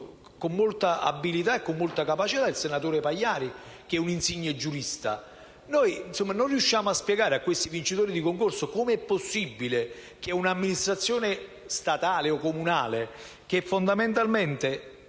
con molta abilità e capacità, il senatore Pagliari, che è un insigne giurista. Noi non riusciamo a spiegare ai vincitori di concorso come sia possibile che, quando un'amministrazione statale o comunale delibera un